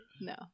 no